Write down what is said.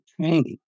training